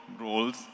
roles